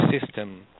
system